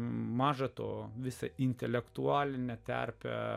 maža to visą intelektualinę terpę